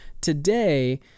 Today